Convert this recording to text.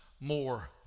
more